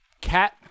cat